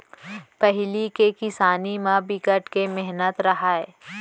पहिली के किसानी म बिकट के मेहनत रहय